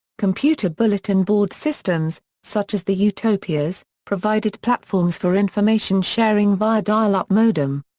computer bulletin board systems, such as the utopias, provided platforms for information-sharing via dial-up modem.